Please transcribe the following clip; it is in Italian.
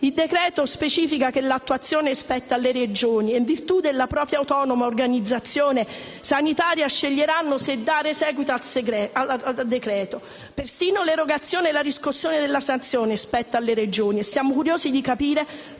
Il decreto-legge specifica che l'attuazione spetta alle Regioni, che in virtù della propria autonoma organizzazione sanitaria sceglieranno se dare seguito al decreto-legge. Persino l'erogazione e la riscossione della sanzione spettano alle Regioni e siamo curiosi di capire